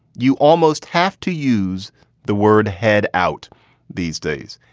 you almost have to use the word head out these days.